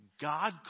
God